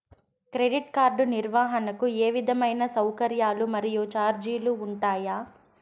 Credit card నిర్వహణకు ఏ విధమైన సౌకర్యాలు మరియు చార్జీలు ఉంటాయా?